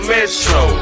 Metro